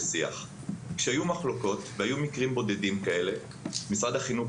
כשהיו מחלוקות והיו מקרים בודדים כאלה משרד החינוך